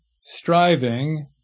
striving